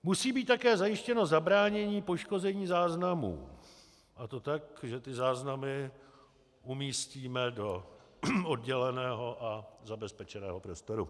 Musí být také zajištěno zabránění poškození záznamů, a to tak, že záznamy umístíme do odděleného a zabezpečeného prostoru.